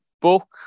book